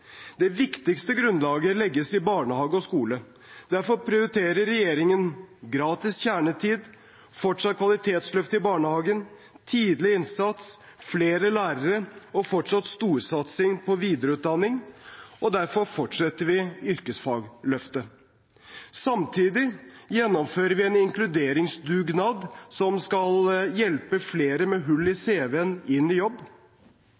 Det viktigste grunnlaget legges i barnehage og skole. Derfor prioriterer regjeringen gratis kjernetid og fortsatt kvalitetsløft i barnehagen, tidlig innsats, flere lærere og fortsatt storsatsing på videreutdanning, og derfor fortsetter vi yrkesfagløftet. Samtidig gjennomfører vi en inkluderingsdugnad som skal hjelpe flere med hull i cv-en inn i jobb